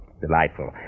delightful